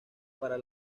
para